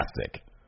fantastic